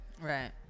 right